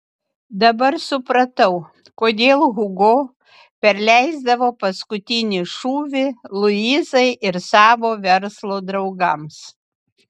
dabar supratau kodėl hugo perleisdavo paskutinį šūvį luizai ir savo verslo draugams